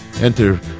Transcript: Enter